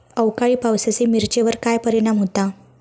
अवकाळी पावसाचे मिरचेर काय परिणाम होता?